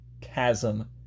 chasm